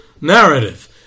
narrative